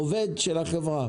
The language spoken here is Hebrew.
עובד של החברה.